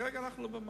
כרגע אנחנו במצב,